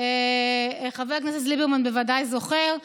חבר הכנסת ליברמן בוודאי זוכר,